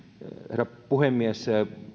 herra puhemies